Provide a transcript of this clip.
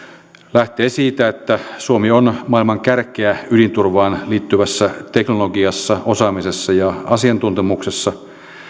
lähtee siitä että suomi on maailman kärkeä ydinturvaan liittyvässä teknologiassa osaamisessa ja asiantuntemuksessa